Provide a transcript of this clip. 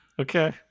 Okay